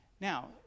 Now